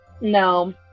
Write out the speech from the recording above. No